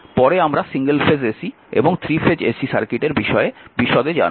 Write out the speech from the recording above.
পরে আমরা single phase ac এবং থ্রি ফেজ ac সার্কিটের বিষয়ে বিশদে জানব